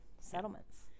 settlements